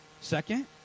Second